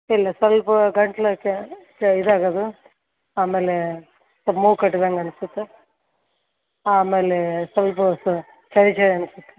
ಇಲ್ಲ ಸಲ್ಪ ಗಂಟ್ಲು ಕೆ ಕ್ ಇದಾಗೋದು ಆಮೇಲೆ ಸಲ್ಪ ಮೂಗು ಕಟ್ದಂಗೆ ಅನ್ಸತ್ತೆ ಆಮೇಲೆ ಸಲ್ಪ ಸ ಚಳಿ ಚಳಿ ಅನಿಸತ್ತೆ